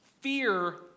fear